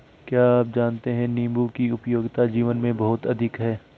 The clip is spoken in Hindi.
क्या आप जानते है नीबू की उपयोगिता जीवन में बहुत अधिक है